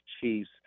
Chiefs